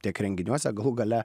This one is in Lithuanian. tiek renginiuose galų gale